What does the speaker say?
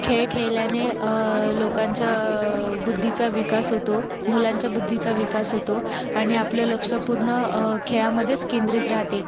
खेळ खेळल्याने लोकांच्या बुद्धीचा विकास होतो मुलांच्या बुद्धीचा विकास होतो आणि आपलं लक्ष पूर्ण खेळामध्येच केंद्रित राहते